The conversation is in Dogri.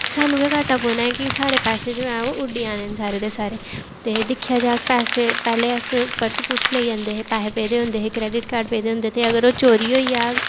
सानूं गै घाटा पौन ऐ कि साढ़े पैसे जो ऐ ओह् उड्डी जाने न सारे दे सारे ते दिक्खेआ जाह्ग पैसे पैह्लें अस पर्स पुर्स लेइयै जंदे हे पैहे पेदे होंदे हे क्रैडिट कार्ड पेदे होंदे हे ते अगर ओह् चोरी होई जाह्ग